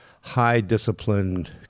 high-disciplined